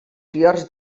fiords